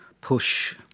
push